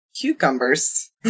cucumbers